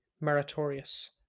meritorious